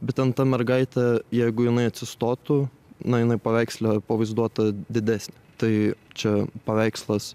bet ten ta mergaitė jeigu jinai atsistotų na jinai paveiksle pavaizduota didesnė tai čia paveikslas